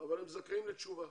אבל הם זכאים לתשובה.